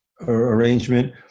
arrangement